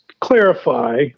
clarify